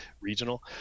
regional